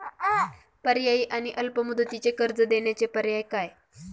पर्यायी आणि अल्प मुदतीचे कर्ज देण्याचे पर्याय काय?